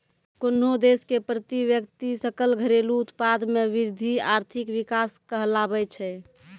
कोन्हो देश के प्रति व्यक्ति सकल घरेलू उत्पाद मे वृद्धि आर्थिक विकास कहलाबै छै